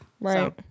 Right